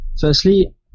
Firstly